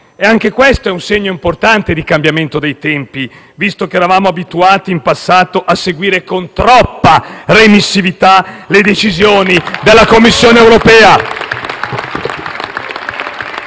e anche questo è un segno importante di cambiamento dei tempi, visto che eravamo abituati, in passato, a seguire con troppa remissività le decisioni della Commissione europea.